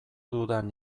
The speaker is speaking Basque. dudan